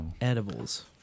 Edibles